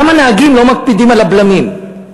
גם הנהגים לא מקפידים על הבלמים.